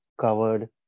covered